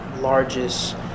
largest